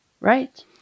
right